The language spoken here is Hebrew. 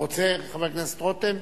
אתה רוצה, חבר הכנסת רותם?